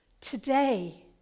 Today